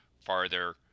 farther